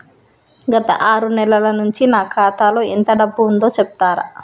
గత ఆరు నెలల నుంచి నా ఖాతా లో ఎంత డబ్బు ఉందో చెప్తరా?